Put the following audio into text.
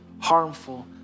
harmful